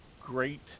Great